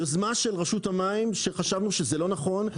יוזמה של רשות המים שחשבנו שזה לא נכון.